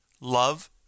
love